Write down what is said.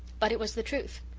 but it was the truth.